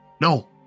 No